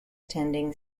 tending